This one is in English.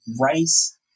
rice